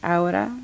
Ahora